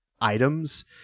items